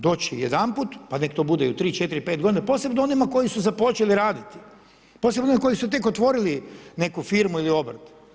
Doći jedanput pa neka to bude i u 3, 4, 5 godina, posebno onima koji su započeli raditi, posebno koji su tek otvorili neku firmu ili obrt.